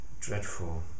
dreadful